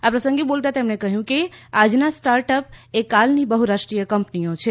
આ પ્રસંગે બોલતાં તેમણે કહ્યું કે આજના સ્ટાર્ટઅપ કાળની બહ્રાષ્ટ્રીય કંપનીઓ છે